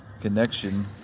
connection